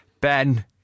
Ben